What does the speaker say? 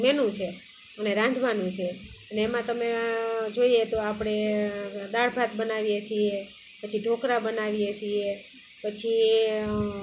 menu છે અને રાંધવાનું છે અને એમાં તમે જોઈએ તો આપણે દાળભાત બનાવીએ છીએ પછી ઢોકળાં બનાવીએ છીએ પછી